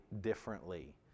differently